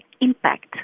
impact